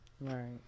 Right